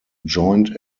joint